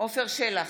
עפר שלח,